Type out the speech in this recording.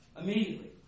immediately